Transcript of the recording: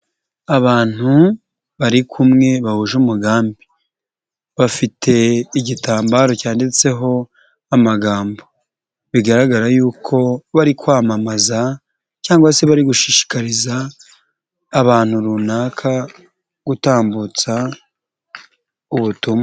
Abantu bari kumwe bahuje umugambi, bafite igitambaro cyanditseho amagambo, bigaragara yuko bari kwamamaza cyangwa se bari gushishikariza abantu runaka, gutambutsa ubutumwa.